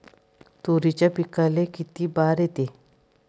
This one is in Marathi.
तुरीच्या पिकाले किती बार येते?